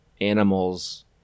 animals